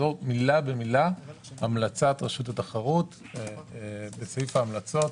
זו מילה במילה המלצת רשות התחרות בסעיף ההמלצות,